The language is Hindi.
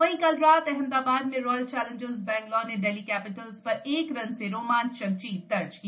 वहीँ कल रात अहमदाबाद में रॉयल चौलेंजर्स बेंगलोर ने दिल्ली कैपिटल्स पर एक रन से रोमांचक जीत दर्ज की